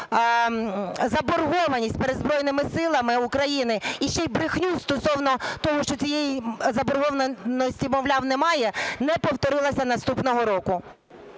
заборгованість перед Збройними Силами України, і ще й брехню стосовно того, що цієї заборгованості, мовляв, немає, не повторилася наступного року.